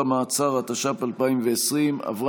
בעד.